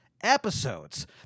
episodes